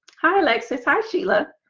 hi alexis, how she look?